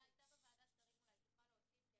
שהיתה בוועדת השרים אולי תוכל להוסיף,